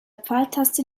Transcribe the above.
pfeiltasten